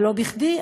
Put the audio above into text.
ולא בכדי,